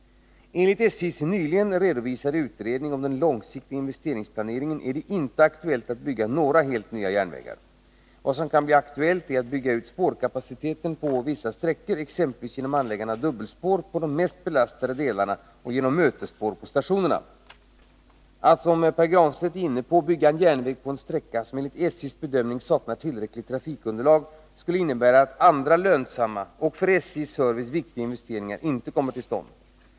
Enligt SJ:s nyligen redovisade utredning om den långsiktiga investeringsplaneringen är det inte aktuellt att bygga några helt nya järnvägar. Vad som kan bli aktuellt är att bygga ut spårkapaciteten på vissa sträckor, exempelvis genom anläggande av dubbelspår på de mest belastade delarna och genom mötesspår på stationerna. Att, som Pär Granstedt är inne på, bygga en järnväg på en sträcka som enligt SJ:s bedömning saknar tillräckligt trafikunderlag skulle innebära att andra lönsamma och för SJ:s service viktiga investeringar inte kommer till stånd.